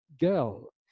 girl